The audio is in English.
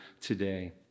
today